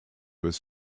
was